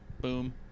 Boom